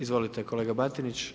Izvolite kolega Batinić.